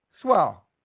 Swell